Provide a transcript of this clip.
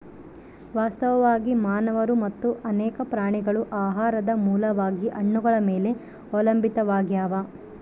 ವಾಸ್ತವವಾಗಿ ಮಾನವರು ಮತ್ತು ಅನೇಕ ಪ್ರಾಣಿಗಳು ಆಹಾರದ ಮೂಲವಾಗಿ ಹಣ್ಣುಗಳ ಮೇಲೆ ಅವಲಂಬಿತಾವಾಗ್ಯಾವ